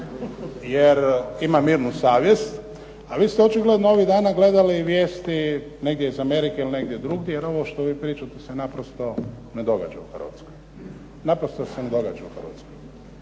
jer imam mirnu savjest. A vi ste očigledno ovih dana gledali vijesti negdje iz Amerike ili negdje drugdje, jer ovo što vi pričate se naprosto ne događa u Hrvatskoj. Naprosto se ne događa u Hrvatskoj.